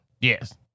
Yes